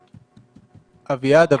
אביעד,